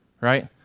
right